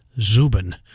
Zubin